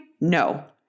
No